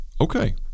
okay